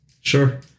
Sure